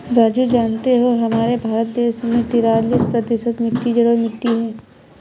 राजू जानते हो हमारे भारत देश में तिरालिस प्रतिशत मिट्टी जलोढ़ मिट्टी हैं